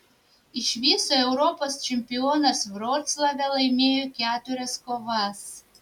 iš viso europos čempionas vroclave laimėjo keturias kovas